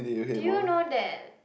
do you know that